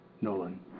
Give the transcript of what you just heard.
Nolan